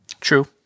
True